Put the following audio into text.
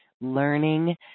learning